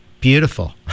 beautiful